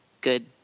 good